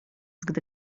gdy